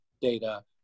data